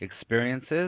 experiences